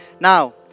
Now